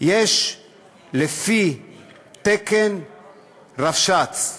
יש לפי התקן רבש"ץ,